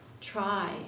try